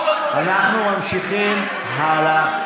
אנחנו ממשיכים הלאה,